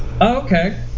Okay